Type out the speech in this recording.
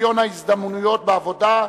שוויון ההזדמנויות בעבודה (תיקון,